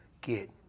get